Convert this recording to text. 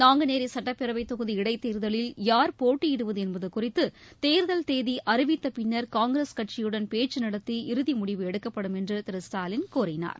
நாங்குநேரி சுட்டப்பேரவைத் தொகுதி இடைத் தேர்தலில் யார் போட்டியிடுவது என்பது குறித்து தேர்தல் தேதி அறிவித்தப் பின்னர் காங்கிரஸ் கட்சியுடன் பேச்சு நடத்தி இறுதி முடிவு எடுக்கப்படும் என்றார்